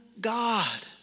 God